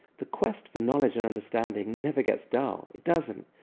the quest for knowledge and understanding never gets dull. it doesn't.